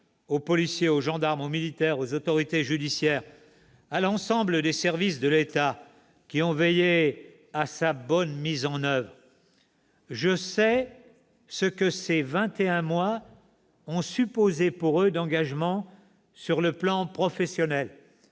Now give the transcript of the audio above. aux policiers, aux gendarmes, aux militaires, aux autorités judiciaires et à l'ensemble des services de l'État qui ont veillé à sa bonne mise en oeuvre. Je sais ce que ces vingt et un mois ont supposé pour eux d'engagement sur le plan professionnel